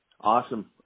Awesome